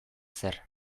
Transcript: zer